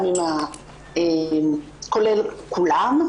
כולל כולן.